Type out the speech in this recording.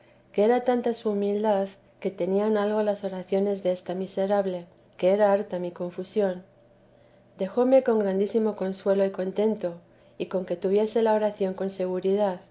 que era tanta su humildad que tenían algo las oraciones desta miserable que era harta mi confusión dejóme con grandísimo consuelo y contento y con que tuviese la oración con seguridad